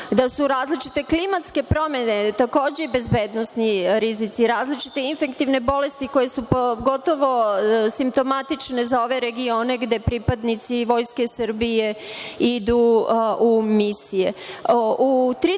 da su različite klimatske promene takođe bezbednosni rizici, različite infektivne bolesti koje su gotovo simptomatične za ove regione gde pripadnici Vojske Srbije idu u misije.U